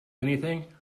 anything